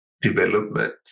development